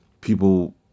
people